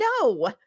No